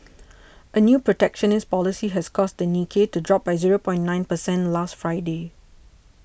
a new protectionist policy has caused the Nikkei to drop by zero nine percentage last Friday